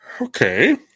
okay